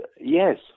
yes